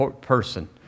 person